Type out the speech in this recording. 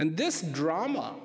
and this drama